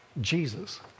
Jesus